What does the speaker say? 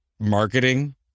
marketing